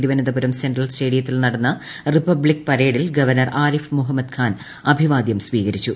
Thiruvananthapuram central സ്റ്റേഡിയത്തിൽ നടന്ന republic പരേഡിൽ ഗവർണർ ആരിഫ് മുഹമ്മദ് ഖാൻ അഭിവാദ്യം സ്വീകരിച്ചു